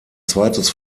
zweites